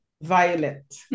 Violet